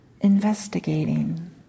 investigating